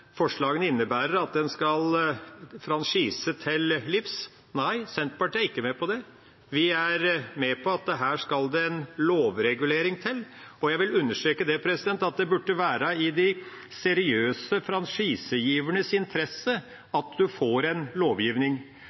forslagene innebærer at en skal franchise til livs. Nei, Senterpartiet er ikke med på det. Vi er med på at her skal det en lovregulering til. Og jeg vil understreke at det burde være i de seriøse franchisegivernes interesse at en får en lovgivning.